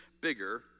bigger